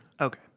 okay